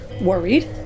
worried